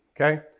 Okay